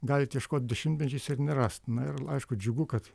galit ieškot dešimtmečiais ir nerast na ir aišku džiugu kad